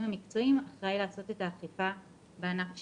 המקצועיים אחראי לעשות את האכיפה בענף שלו.